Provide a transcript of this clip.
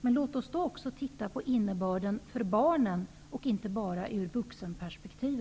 Men låt oss då titta även på innebörden för barnen och inte titta på detta bara ur vuxenperspektiv.